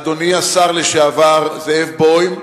אדוני השר לשעבר זאב בוים,